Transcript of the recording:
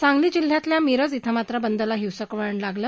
सांगली जिल्ह्यातल्या मिरज िं मात्र या बंदला हिंसक वळण लागलं